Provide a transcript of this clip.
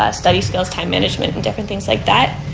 ah study skills, time management and different things like that.